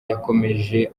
yakomeje